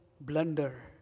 blunder